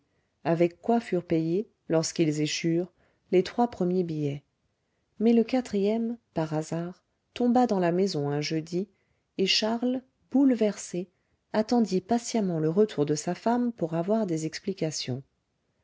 avec quoi furent payés lorsqu'ils échurent les trois premiers billets mais le quatrième par hasard tomba dans la maison un jeudi et charles bouleversé attendit patiemment le retour de sa femme pour avoir des explications